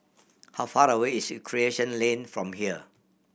how far away is Recreation Lane from here